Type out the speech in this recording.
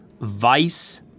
Vice